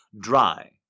dry